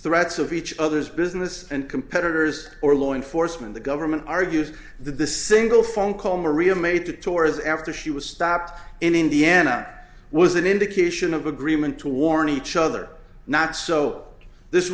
threats of each other's business and competitors or law enforcement the government argues that the single phone call maria made to two hours after she was stopped in indiana was an indication of agreement to warn each other not so this